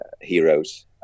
heroes